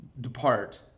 depart